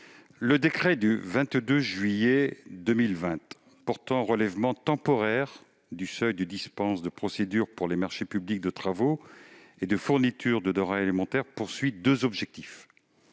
le décret du 22 juillet 2020 portant relèvement temporaire du seuil de dispense de procédure pour les marchés publics de travaux et de fourniture de denrées alimentaires a deux objectifs